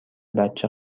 بچه